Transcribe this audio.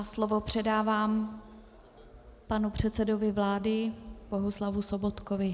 Slovo předávám panu předsedovi vlády Bohuslavu Sobotkovi.